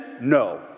No